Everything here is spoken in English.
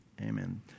Amen